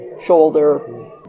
shoulder